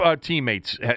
teammates